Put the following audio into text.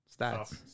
stats